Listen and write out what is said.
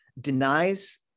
denies